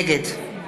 נגד